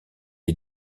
est